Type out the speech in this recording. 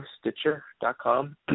stitcher.com